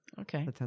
Okay